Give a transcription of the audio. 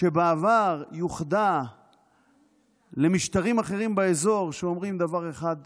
שבעבר יוחדה למשטרים אחרים באזור שאומרים דבר אחד באנגלית,